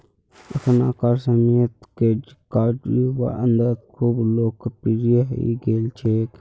अखनाकार समयेत credit card युवार अंदरत खूब लोकप्रिये हई गेल छेक